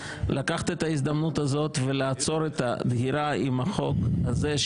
לקחת את ההזדמנות הזאת ולעצור את הדהירה עם החוק הזה,